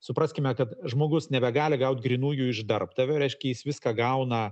supraskime kad žmogus nebegali gaut grynųjų iš darbdavio reiškia jis viską gauna